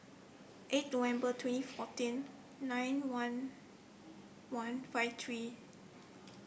eight November twenty fourteen nine one one five three